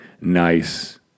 nice